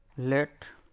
let